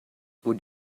would